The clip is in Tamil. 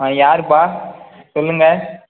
ஆ யாருப்பா சொல்லுங்கள்